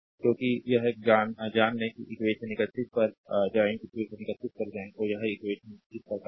क्योंकि यह जान लें कि इक्वेशन 31 पर जाएं इक्वेशन 31 पर जाएं तो यह इक्वेशन इस प्रकार है